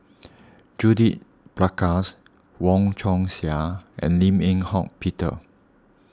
Judith Prakash Wong Chong Sai and Lim Eng Hock Peter